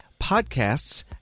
podcasts